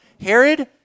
Herod